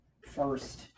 first